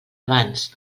abans